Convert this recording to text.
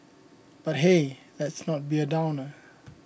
but hey let's not be a downer